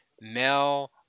Mel